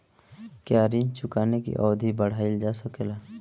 क्या ऋण चुकाने की अवधि बढ़ाईल जा सकेला?